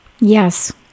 Yes